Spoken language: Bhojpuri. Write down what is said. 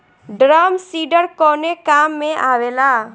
ड्रम सीडर कवने काम में आवेला?